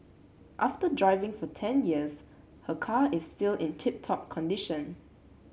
after driving for ten years her car is still in tip top condition